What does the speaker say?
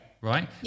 Right